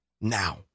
Now